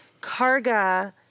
Karga